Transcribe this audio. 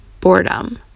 boredom